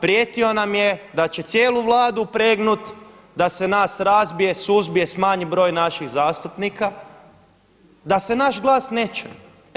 Prijetio nam je da će cijelu Vladu upregnut da se nas razbije, suzbije, smanji broj naših zastupnika, da se nas glas ne čuje.